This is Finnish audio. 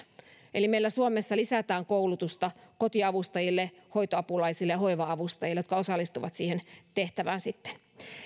eli meillä suomessa lisätään koulutusta kotiavustajille hoitoapulaisille ja hoiva avustajille jotka osallistuvat siihen tehtävään sitten